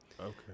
okay